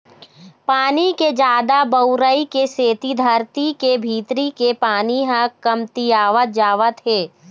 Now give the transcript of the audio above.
पानी के जादा बउरई के सेती धरती के भीतरी के पानी ह कमतियावत जावत हे